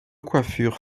coiffure